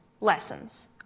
lessons